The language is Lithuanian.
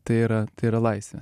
tai yra tai yra laisvė